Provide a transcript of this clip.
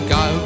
go